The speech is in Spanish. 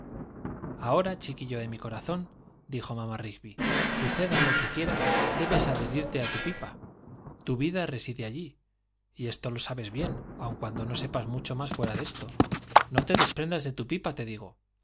ahora chiquillo de mi corazón dijo mamá rigby suceda lo que quiera debes adherirte a tu pipa tu vida reside allí y esto lo sabes bien aun cuando no sepas mucho más fuera de esto no te desprendas de tu pipa te digo